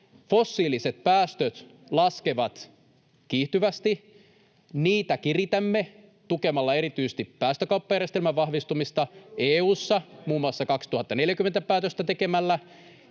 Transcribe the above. fossiiliset päästöt laskevat kiihtyvästi. Niitä kiritämme tukemalla erityisesti päästökauppajärjestelmän vahvistumista EU:ssa tekemällä muun muassa 2040-päätöstä sekä